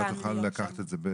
תוכל לקחת את זה?